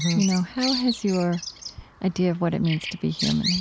you know how has your idea of what it means to be human,